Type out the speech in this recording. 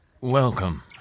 welcome